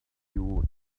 few